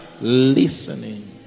listening